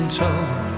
told